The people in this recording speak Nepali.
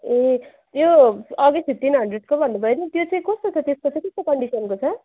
ए त्यो अघि फिफ्टिन हन्ड्रेडको भन्नु भयो नि त्यो चाहिँ कस्तो छ त्यसको चाहिँ कस्तो कन्डिसनको छ